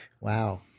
Wow